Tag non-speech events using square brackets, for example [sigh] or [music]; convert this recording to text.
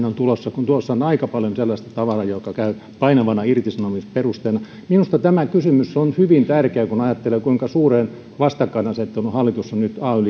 [unintelligible] on tulossa kun tuossa on aika paljon sellaista tavaraa joka käy painavana irtisanomisperusteena minusta tämä kysymys on hyvin tärkeä kun ajattelee kuinka suureen vastakkainasetteluun hallitus on nyt ay [unintelligible]